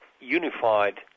unified